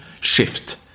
shift